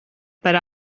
par